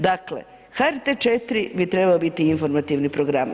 Dakle, HRT-e 4 bi trebao biti informativni program.